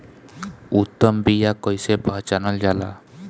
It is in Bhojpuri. उत्तम बीया कईसे पहचानल जाला?